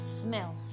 smell